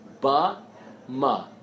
ba-ma